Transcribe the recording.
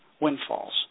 windfalls